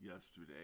yesterday